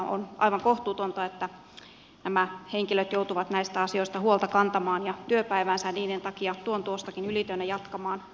on aivan kohtuutonta että nämä henkilöt joutuvat näistä asioista huolta kantamaan ja työpäiväänsä niiden takia tuon tuostakin ylitöinä jatkamaan